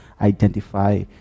identify